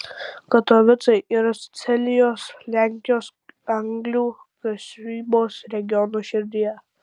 katovicai yra silezijos lenkijos anglių kasybos regiono širdyje